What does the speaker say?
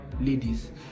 ladies